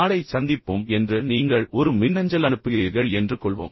நாளை சந்திப்போம் என்று நீங்கள் ஒரு மின்னஞ்சல் அனுப்புகிறீர்கள் என்று வைத்துக்கொள்வோம்